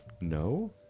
No